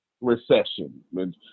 recession